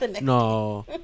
No